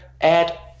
add